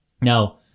Now